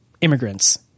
immigrants